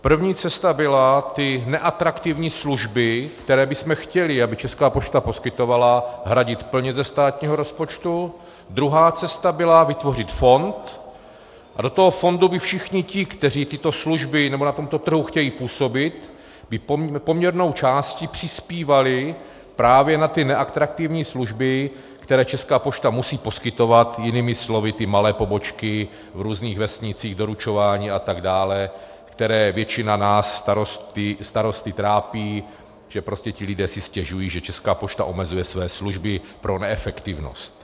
První cesta byla ty neatraktivní služby, které bychom chtěli, aby Česká pošta poskytovala, hradit plně ze státního rozpočtu, druhá cesta byla vytvořit fond a do toho fondu by všichni ti, kteří tyto služby nebo na tomto trhu chtějí působit, by poměrnou částí přispívali právě na ty neatraktivní služby, které Česká pošta musí poskytovat, jinými slovy ty malé pobočky v různých vesnicích, doručování atd., které většinu z nás, starosty, trápí, že prostě ti lidé si stěžují, že Česká pošta omezuje své služby pro neefektivnost.